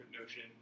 notion